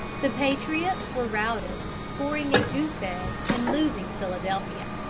the patriots were routed, scoring a goose-egg and losing philadelphia.